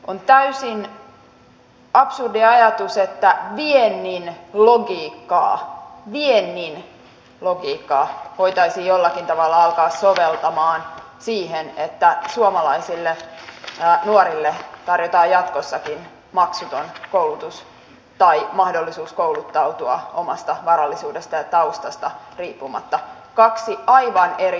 on täysin absurdi ajatus että viennin logiikkaa voitaisiin jollakin tavalla alkaa soveltamaan siihen että suomalaisille nuorille tarjotaan jatkossakin maksuton koulutus tai mahdollisuus kouluttautua omasta varallisuudesta ja taustasta riippumatta kaksi aivan eri asiaa